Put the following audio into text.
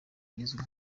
rizwi